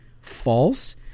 false